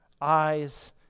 eyes